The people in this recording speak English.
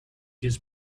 his